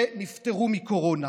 שנפטרו מקורונה.